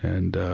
and ah,